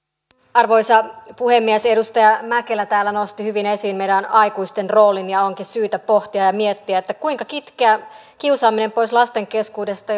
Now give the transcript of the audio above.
arvoisa puhemies edustaja mäkelä täällä nosti hyvin esiin meidän aikuisten roolin ja onkin syytä pohtia ja miettiä kuinka kitkeä kiusaaminen pois lasten keskuudesta